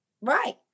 Right